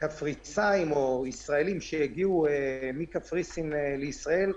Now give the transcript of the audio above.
קפריסאים או ישראלים שהגיעו מקפריסין לישראל,